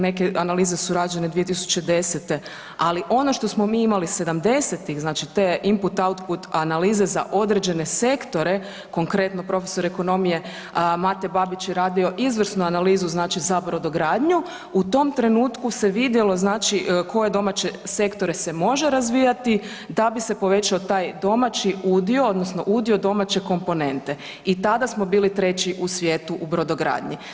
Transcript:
Neke analize su rađene 2010., ali ono što smo mi imali sedamdesetih te input, output analize za određene sektore, konkretno prof. ekonomije Mate Babić je radio izvrsnu analizu za brodogradnju, u tom trenutku se vidjelo koje domaće sektore se može razvijati da bi se povećao taj domaći udio odnosno udio domaće komponente i tada smo bili treći u svijetu u brodogradnju.